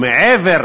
מעבר